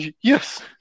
yes